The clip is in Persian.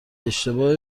اشتباه